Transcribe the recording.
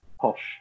posh